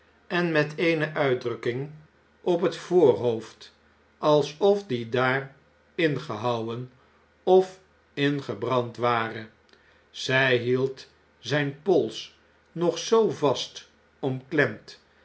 en met eene uitdrukking op het voorhoofd alsof die daar ingehouwen of ingebrand ware zjj hield zjjn pols nog zoo vast